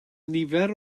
nifer